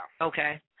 Okay